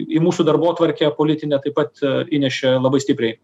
į mūsų darbotvarkę politinę taip pat įnešė labai stipriai